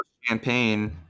champagne